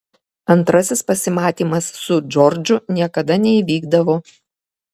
antrasis pasimatymas su džordžu niekada neįvykdavo